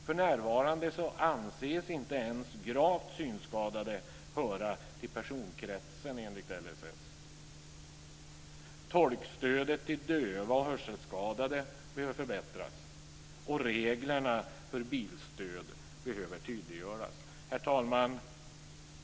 För närvarande anses inte ens gravt synskadade höra till personkretsen enligt Tolkstödet till döva och hörselskadade behöver förbättras, och reglerna för bilstöd behöver tydliggöras. Herr talman!